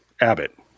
Abbott